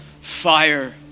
fire